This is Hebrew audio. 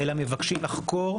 אלא מבקשים לחקור,